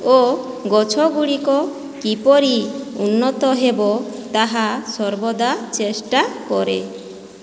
ଓ ଗଛଗୁଡ଼ିକ କିପରି ଉନ୍ନତ ହେବ ତାହା ସର୍ବଦା ଚେଷ୍ଟା କରେ